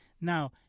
Now